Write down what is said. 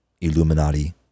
Illuminati